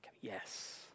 yes